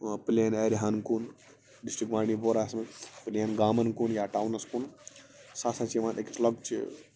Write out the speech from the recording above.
پُلین ایریاہن کُن ڈِسٹرک بانٛڈی پوراہس منٛز پُلین گامن کُن یا ٹاونس کُن سُہ ہسا چھُ یِوان أکِس لۄکچہِ